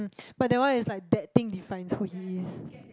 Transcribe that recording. but that one is like that thing defines who he is